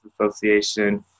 Association